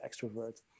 extrovert